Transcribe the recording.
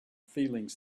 feelings